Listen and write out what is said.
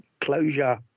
closure